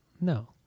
no